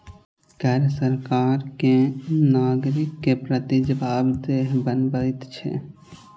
कर सरकार कें नागरिक के प्रति जवाबदेह बनबैत छै